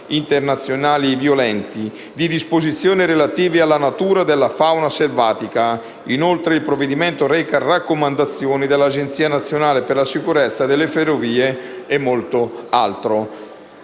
internazionali violenti, di disposizioni relative alla natura della fauna selvatica; inoltre, il provvedimento reca raccomandazioni dell'Agenzia nazionale per la sicurezza delle ferrovie e molto altro.